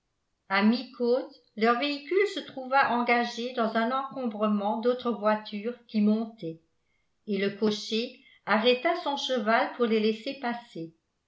a mi-côte leur véhicule se trouva engagé dans un encombrement d'autres voitures qui montaient et le cocher arrêta son cheval pour les laisser passer